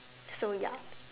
so ya